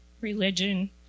Religion